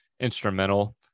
instrumental